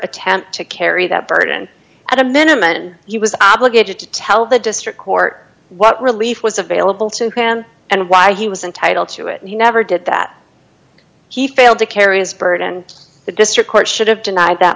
attempt to carry that burden at a minimum and he was obligated to tell the district court what relief was available to him plan and why he was entitled to it and he never did that he failed to carry his burden the district court should have denied that